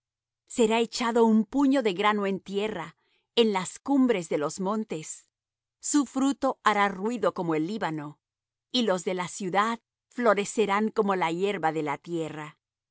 será echado un puño de grano en tierra en las cumbres de los montes su fruto hará ruido como el líbano y los de la ciudad florecerán como la hierba de la tierra